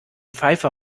pfeife